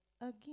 again